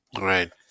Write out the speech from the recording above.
Right